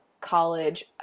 college